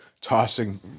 tossing